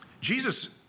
Jesus